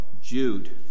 Jude